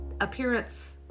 appearance